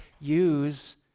use